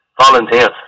Volunteers